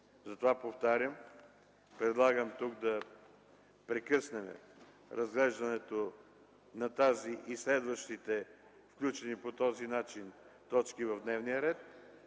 комисии! Повтарям, предлагам тук да прекъснем разглеждането на тази и следващите включени по този начин точки в дневния ред;